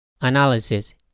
Analysis